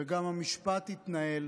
וגם המשפט יתנהל